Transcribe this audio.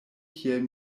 kiel